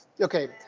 okay